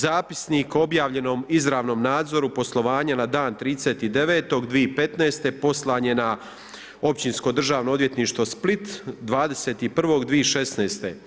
Zapisnik o objavljenom izravnom nadzorom poslovanja na dan 30.9.2015. poslan je na Općinsko državno odvjetništvo Split 20.1.2016.